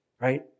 right